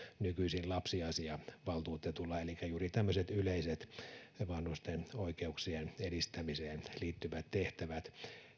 nykyisin lapsiasiavaltuutetulla elikkä juuri tämmöiset yleiset vanhusten oikeuksien edistämiseen liittyvät tehtävät